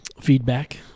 Feedback